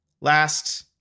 Last